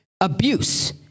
abuse